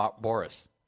Boris